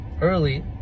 early